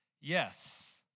Yes